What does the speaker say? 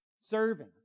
serving